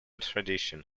tradition